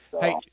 hey